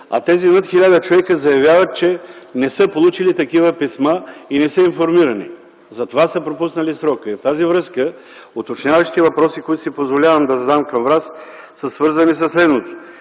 а тези над 1000 човека заявяват, че не са получили такива писма, не са информирани и затова са пропуснали срока. В тази връзка уточняващите въпроси, които си позволявам да задам към Вас, са свързани със следното: